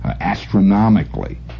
astronomically